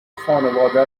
خانواده